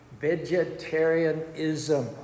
vegetarianism